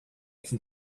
can